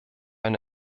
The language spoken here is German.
eine